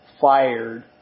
fired